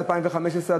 של 2015,